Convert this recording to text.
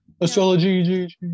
Astrology